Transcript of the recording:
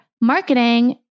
marketing